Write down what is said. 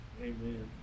Amen